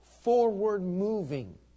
forward-moving